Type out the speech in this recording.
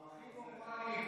המשטרה של פעם,